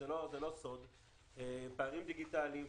פערים דיגיטליים.